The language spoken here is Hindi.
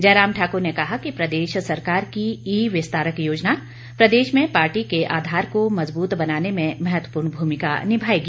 जयराम टाकुर ने कहा कि प्रदेश सरकार की ई विस्तारक योजना प्रदेश में पार्टी के आधार को मजबूत बनाने में महत्वपूर्ण भूमिका निभाएगी